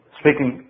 speaking